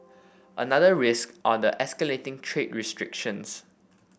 another risk are the escalating trade restrictions